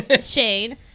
Shane